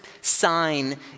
sign